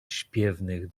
śpiewnych